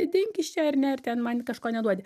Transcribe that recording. dink iš čia ar ne ir ten man kažko neduodi